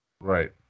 Right